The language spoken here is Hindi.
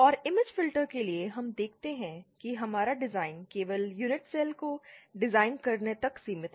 और इम्मेज फिल्टर्स के लिए हम देखते हैं कि हमारा डिज़ाइन केवल यूनिट सेल्स को डिज़ाइन करने तक सीमित है